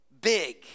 big